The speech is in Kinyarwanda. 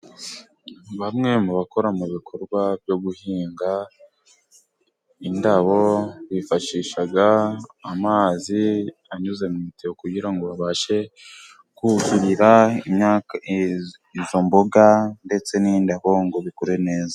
Bamwe mu bakora ibikorwa byo guhinga indabo, bifashisha amazi anyuze mu matiyo kugira ngo babashe kuhirira izo mboga ndetse n'indabo kugira ngo bikure neza.